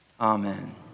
amen